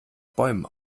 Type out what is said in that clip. bäumen